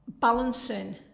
balancing